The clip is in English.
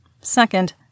Second